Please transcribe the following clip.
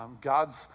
God's